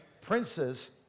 princes